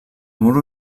mur